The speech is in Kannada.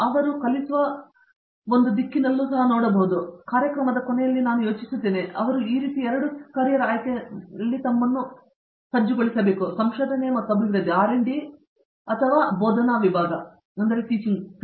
ಆದ್ದರಿಂದ ಅವರು ಕಲಿಸುವ ಒಂದು ವಾಹಕಕ್ಕೆ ಸಹ ನೋಡಬಹುದಾಗಿದೆ ಮತ್ತು ಇಲ್ಲಿ ಕಾರ್ಯಕ್ರಮದ ಕೊನೆಯಲ್ಲಿ ನಾನು ಯೋಚಿಸುತ್ತಿದ್ದೇನೆ ಅವರು ಈ ಎರಡು ಕ್ಯಾರಿಯರ್ ಆಯ್ಕೆಗಳಲ್ಲಿ ಯಾವುದಾದರೂ ಒಂದಕ್ಕೆ ಹೋಗಲು ತಮ್ಮನ್ನು ಸಜ್ಜುಗೊಳಿಸಬೇಕು ಸಂಶೋಧನೆ ಮತ್ತು ಅಭಿವೃದ್ಧಿಗಳಲ್ಲಿನ ವಾಹಕ ಅಥವಾ ಬೋಧನಾದಲ್ಲಿ ಒಂದು ವಾಹಕ